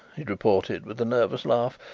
he reported, with a nervous laugh,